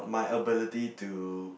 my ability to